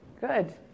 Good